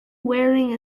wearing